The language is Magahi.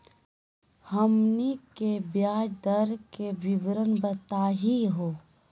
हमनी के ब्याज दर के विवरण बताही हो?